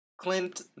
Clint